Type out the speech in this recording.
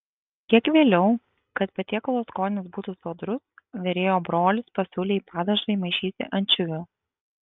kiek vėliau kad patiekalo skonis būtų sodrus virėjo brolis pasiūlė į padažą įmaišyti ančiuvių